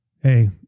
Hey